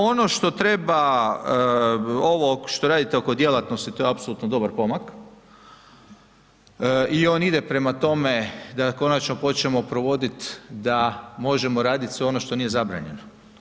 Ono što treba, ovo što radite oko djelatnosti to je apsolutno dobar pomak i on ide prema tome da konačno počnemo provoditi da možemo radit sve ono što nije zabranjeno.